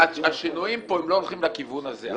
השינויים פה לא הולכים לכיוון הזה.